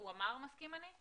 הוא אמר "מסכים אני"?